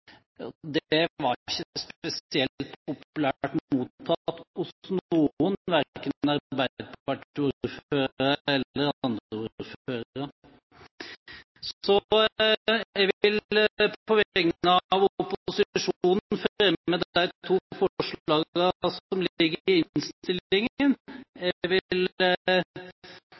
Norge. Det var ikke spesielt populært hos noen, verken hos arbeiderpartiordførere eller hos andre ordførere. Jeg vil på vegne av opposisjonen fremme de to forslagene som ligger i